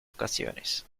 ocasiones